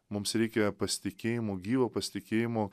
mums reikia pasitikėjimo gyvo pasitikėjimo